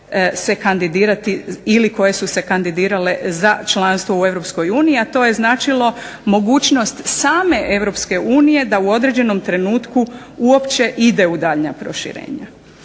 koje su se kandidirale za članstvo u Europskoj uniji, a to je značilo mogućnost same Europske unije da u određenom trenutku uopće ide u daljnja proširenja.